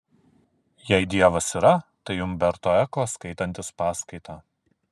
jei dievas yra tai umberto eko skaitantis paskaitą